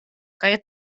kaj